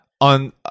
on